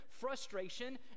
frustration